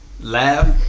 Laugh